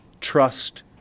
Trust